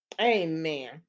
Amen